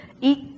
eat